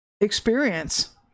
experience